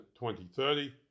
2030